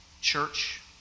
church